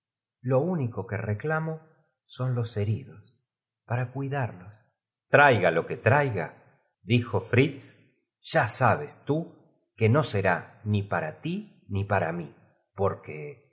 lo único que reclamo son m uchacha que les estará partiendo peda los heridos para cuidarlos citos de mazapáu que ellos irán á cog r traiga lo que traiga dijo fritz ya en el delantal de la niña sabes tú que no será ni para ti ni para mí porque